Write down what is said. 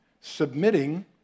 submitting